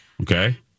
Okay